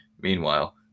Meanwhile